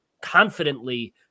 confidently